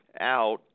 out